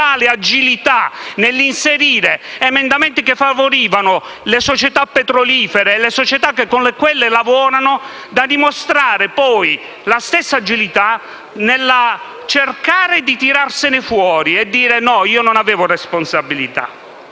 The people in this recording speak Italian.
agilità nell'inserire emendamenti che favorivano le società petrolifere e le società che con quelle lavorano, da dimostrare poi la stessa agilità nel cercare di tirarsene fuori e nel dire che non aveva alcuna responsabilità.